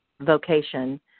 vocation